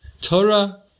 Torah